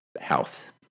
Health